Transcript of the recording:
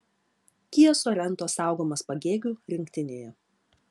kia sorento saugomas pagėgių rinktinėje